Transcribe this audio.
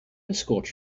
escort